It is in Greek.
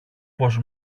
πώς